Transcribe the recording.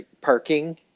parking